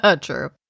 True